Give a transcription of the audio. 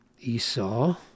Esau